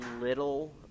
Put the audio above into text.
little